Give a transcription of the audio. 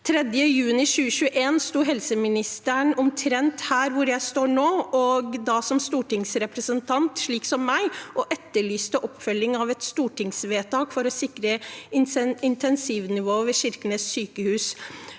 3. juni 2021 sto helseministeren omtrent her hvor jeg står nå – da som stortingsrepresentant, som meg – og etterlyste oppfølgingen av et stortingsvedtak for å sikre intensivnivået ved Kirkenes sykehus.